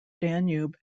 danube